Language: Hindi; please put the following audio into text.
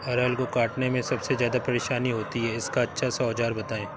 अरहर को काटने में सबसे ज्यादा परेशानी होती है इसका अच्छा सा औजार बताएं?